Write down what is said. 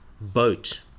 boat